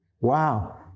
Wow